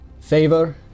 Favor